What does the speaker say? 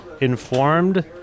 informed